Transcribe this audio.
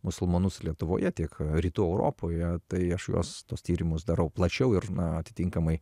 musulmonus lietuvoje tiek rytų europoje tai aš juos tuos tyrimus darau plačiau ir atitinkamai